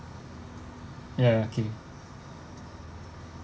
ya okay